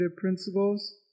principles